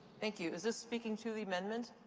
thank you. is this speaking to the amendment?